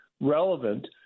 relevant